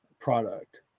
product